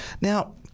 Now